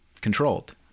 controlled